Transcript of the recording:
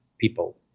people